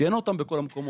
ואין את זה בכל המקומות.